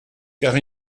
car